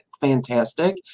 fantastic